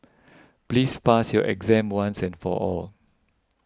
please pass your exam once and for all